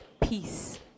peace